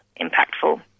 impactful